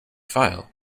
file